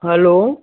hello